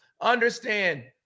understand